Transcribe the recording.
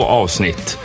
avsnitt